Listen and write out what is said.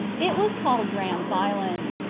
it was called graham's island.